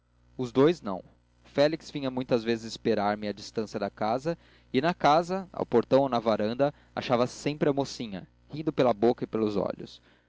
os dous não o félix vinha muitas vezes esperar me a distância da casa e na casa ao portão ou na varanda achava sempre a mocinha rindo pela boca e pelos olhos